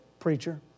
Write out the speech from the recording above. Preacher